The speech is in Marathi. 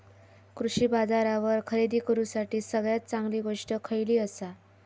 कृषी बाजारावर खरेदी करूसाठी सगळ्यात चांगली गोष्ट खैयली आसा?